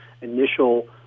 initial